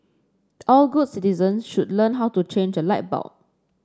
all good citizen should learn how to change a light bulb